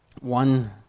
one